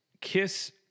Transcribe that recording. kiss